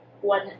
one